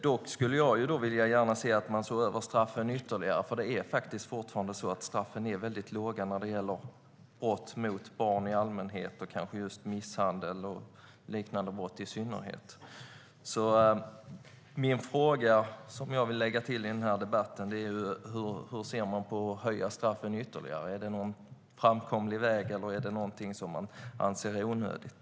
Jag skulle dock vilja se att man ser över straffen ytterligare. Det är faktiskt fortfarande så att straffen är mycket låga när det gäller brott mot barn i allmänhet och kanske just misshandel och liknande brott i synnerhet. Min fråga är: Hur ser man på att höja straffen ytterligare? Är det någon framkomlig väg, eller är det någonting som man anser är onödigt?